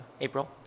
April